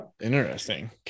Interesting